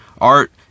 Art